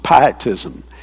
pietism